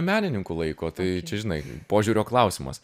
menininku laiko tai čia žinai požiūrio klausimas